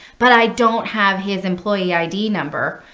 but i don't have his employee id number,